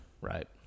right